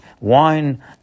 wine